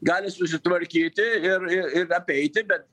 gali susitvarkyti ir ir apeiti bet